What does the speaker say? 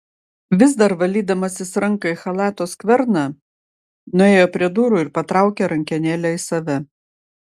vis dar valydamasis ranką į chalato skverną nuėjo prie durų ir patraukė rankenėlę į save